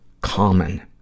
common